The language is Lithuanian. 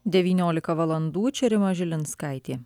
devyniolika valandų čia rima žilinskaitė